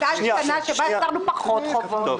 הייתה שנה שבה החזרנו פחות חובות.